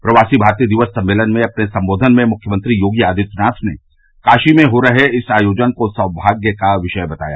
प्रवासी भारतीय दिवस सम्मेलन में अपने संबोधन में मुख्यमंत्री योगी आदित्यनाथ ने काशी में हो रहे इस आयोजन को सौभाग्य का विषय बताया